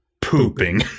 pooping